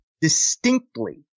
distinctly